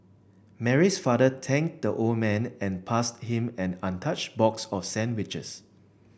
Mary's father thanked the old man and passed him an untouched box of sandwiches